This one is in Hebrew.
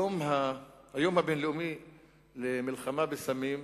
היום הבין-לאומי למלחמה בסמים מוקדש,